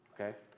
Okay